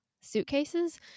suitcases